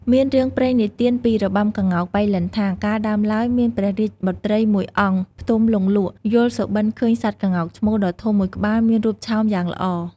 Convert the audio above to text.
មានរឿងព្រេងនិទានពីរបាំក្ងោកប៉ៃលិនថា កាលដើមឡើយ មានព្រះរាជបុត្រីមួយអង្គផ្ទំលង់លក់ យល់សុបិន្តឃើញសត្វក្ងោកឈ្មោលដ៏ធំមួយក្បាលមានរូបឆោមយ៉ាងល្អ។